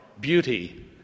Beauty